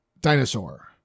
dinosaur